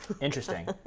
interesting